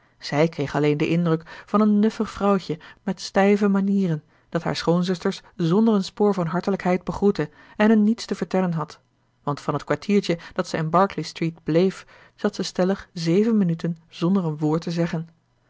zij kreeg alleen den indruk van een nuffig vrouwtje met stijve manieren dat haar schoonzusters zonder een spoor van hartelijkheid begroette en hun niets te vertellen had want van het kwartiertje dat zij in berkeley street bleef zat zij stellig zeven minuten zonder een woord te zeggen